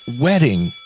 Wedding